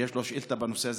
ויש לו שאילתה בנושא הזה,